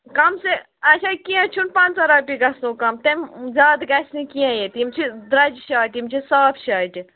کَم سے اَچھا کیٚنٛہہ چھُنہٕ پنٛژاہ رۄپیہِ گژھنو کَم تَمہِ زیادٕ گژھِ نہٕ کیٚنٛہہ ییٚتہِ یِم چھِ درٛۅجہِ شارٹہِ یِم چھِ صاف شارٹہِ